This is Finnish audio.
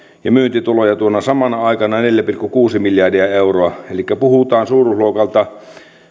ja myyntituloja tuona samana aikana neljä pilkku kuusi miljardia euroa elikkä puhutaan suuruusluokaltaan